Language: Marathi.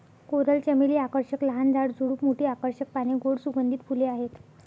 कोरल चमेली आकर्षक लहान झाड, झुडूप, मोठी आकर्षक पाने, गोड सुगंधित फुले आहेत